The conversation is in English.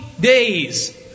days